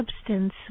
substance